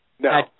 No